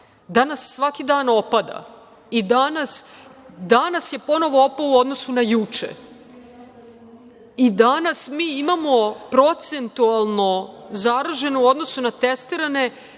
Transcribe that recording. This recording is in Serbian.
danas svaki dan opada, i danas je ponovo opao u odnosu na juče. Danas mi imamo procentualno zaraženo u odnosu na testirane